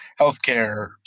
healthcare